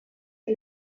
que